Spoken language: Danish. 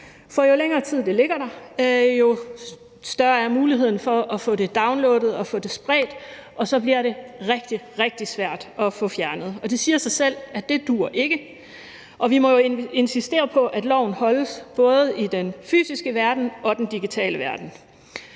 for jo længere tid det ligger der, jo større er muligheden for at få det downloadet og få det spredt, og så bliver det rigtig, rigtig svært at få fjernet. Og det siger sig selv, at det ikke duer. Vi må jo insistere på, at loven overholdes, både i den fysiske verden og i den digitale verden.